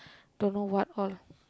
don't know what all